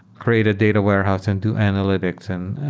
create a data warehouse and do analytics and